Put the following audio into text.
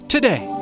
Today